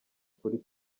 kuri